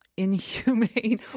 Inhumane